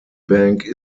bank